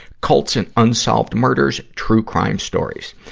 cults, and unsolved murders true crime stories.